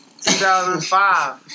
2005